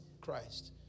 Christ